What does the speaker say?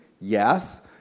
Yes